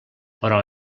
però